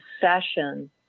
session